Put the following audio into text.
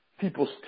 people's